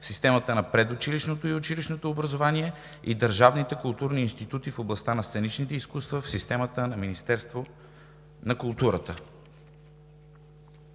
системата на предучилищното и училищното образование и държавните културни институти в областта на сценичните изкуства в системата на Министерство на културата.